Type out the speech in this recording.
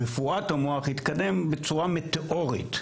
רפואת המוח התקדם בצורה מטאורית.